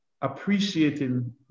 appreciating